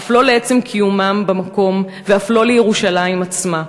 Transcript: אף לא לעצם קיומם במקום ואף לא לירושלים עצמה.